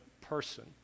person